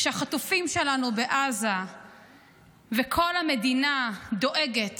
כשהחטופים שלנו בעזה וכל המדינה דואגת